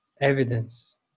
evidence